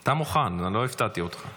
אתה מוכן, אני לא הפתעתי אותך.